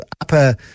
upper